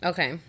Okay